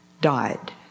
died